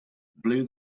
blew